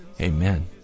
Amen